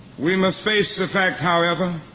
we must face the fact, however,